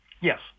Yes